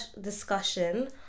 discussion